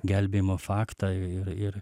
gelbėjimo faktą ir ir